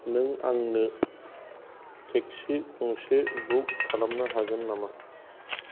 नों आंनो टेक्सि गंसे बुक खालामनो हागोन नामा